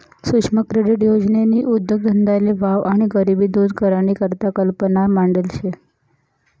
सुक्ष्म क्रेडीट योजननी उद्देगधंदाले वाव आणि गरिबी दूर करानी करता कल्पना मांडेल शे